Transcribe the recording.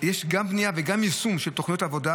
יש גם בנייה וגם יישום של תוכניות העבודה